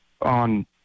On